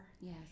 yes